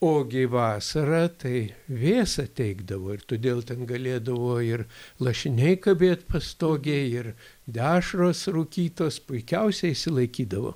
o gi vasarą tai vėsą teikdavo ir todėl ten galėdavo ir lašiniai kabėt pastogėj ir dešros rūkytos puikiausiai išsilaikydavo